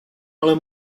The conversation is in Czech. ale